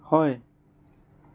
হয়